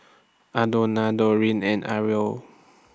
Aldona Doreen and Irl